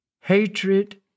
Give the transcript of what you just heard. hatred